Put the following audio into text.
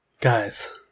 Guys